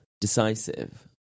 decisive